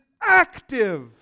active